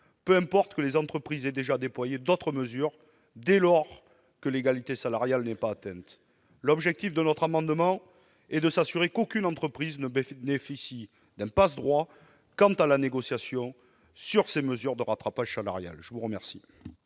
Peu importe que les entreprises aient déjà déployé d'autres mesures, dès lors que l'égalité salariale n'est pas atteinte. L'objectif de cet amendement est de s'assurer qu'aucune entreprise ne bénéficie d'un passe-droit quant à la négociation sur les mesures de rattrapage salarial. Quel